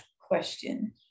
question